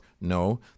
No